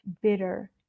bitter